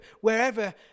wherever